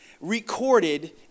recorded